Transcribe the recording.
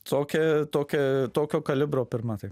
tokia tokia tokio kalibro pirma taip